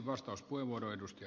arvostan ed